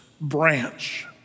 branch